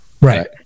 Right